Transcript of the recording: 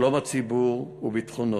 שלום הציבור וביטחונו.